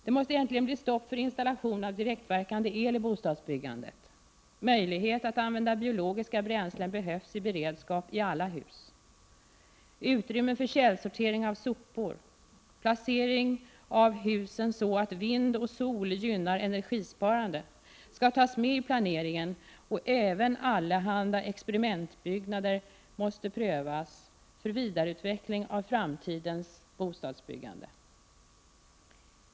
Det måste äntligen bli stopp för installation av direktverkande el vid bostadsbyggandet. Möjlighet att använda biologiska bränslen behövs i beredskap i alla hus, liksom utrymmen för källsortering av sopor. Placering av husen så att vind och sol gynnar energisparande skall tas med i planeringen och även allehanda experimentbyggnader måste prövas för vidareutveckling av framtidens bostadsbyggande.